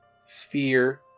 sphere